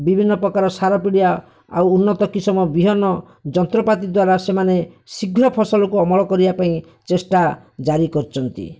ବିଭିନ୍ନ ପ୍ରକାର ସାର ପିଡ଼ିଆ ଆଉ ଉନ୍ନତ କିଶମର ବିହନ ଯନ୍ତ୍ରପାତି ଦ୍ଵାରା ସେମାନେ ଶୀଘ୍ର ଫସଲକୁ ଅମଳ କରିବା ପାଇଁ ଚେଷ୍ଟା ଜାରି କରିଛନ୍ତି